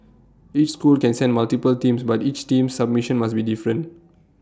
each school can send multiple teams but each team's submission must be different